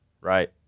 right